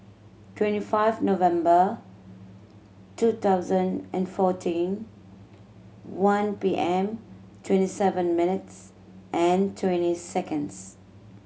twenty five November two thousand and fourteen one P M twenty seven minutes and twenty seconds